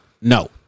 No